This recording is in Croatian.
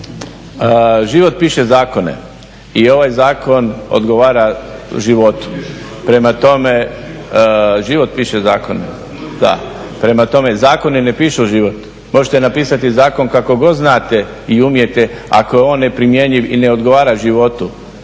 Život piše zakone i ovaj zakon odgovara životu. Prema tome život piše zakone, prema tome zakoni ne pišu život. Možete napisati zakon kako god znate i umijete ako je on ne primjenjiv i ne odgovara životu